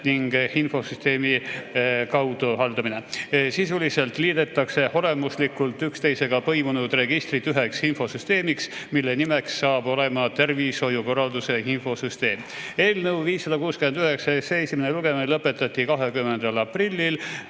ning infosüsteemi kaudu haldamine. Sisuliselt liidetakse olemuslikult üksteisega põimunud registrid üheks infosüsteemiks, mille nimeks saab tervishoiukorralduse infosüsteem. Eelnõu 569 esimene lugemine lõpetati 20. aprillil.